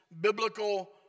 biblical